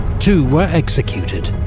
two were executed.